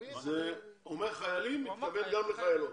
הוא אומר חיילים ומתכוון גם לחיילות.